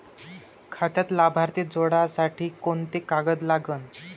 खात्यात लाभार्थी जोडासाठी कोंते कागद लागन?